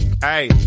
hey